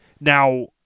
Now